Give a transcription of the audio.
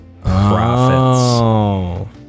profits